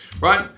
Right